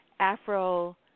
Afro